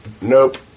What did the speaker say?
Nope